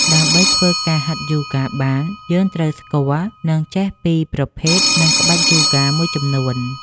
ដើម្បីធ្វើការហាត់យូហ្គាបានយើងត្រូវស្គាល់ និងចេះពីប្រភេទ និងក្បាច់យូហ្គាមួយចំនួន។